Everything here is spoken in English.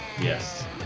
Yes